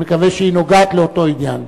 אני מקווה שהיא נוגעת לאותו עניין.